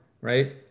right